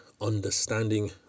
understanding